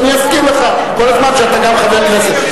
אני אזכיר לך כל הזמן שאתה גם חבר כנסת.